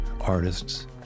artists